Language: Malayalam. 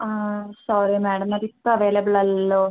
ആ സോറി മേഡം അത് ഇപ്പം അവൈലബിൾ അല്ലല്ലോ